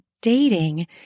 dating